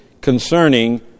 concerning